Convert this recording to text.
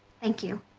thank you.